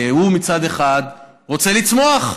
הוא מצד אחד רוצה לצמוח,